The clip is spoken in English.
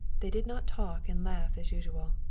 they did not talk and laugh as usual.